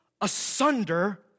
asunder